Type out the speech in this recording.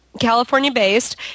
California-based